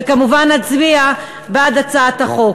וכמובן נצביע בעד הצעת החוק.